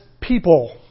people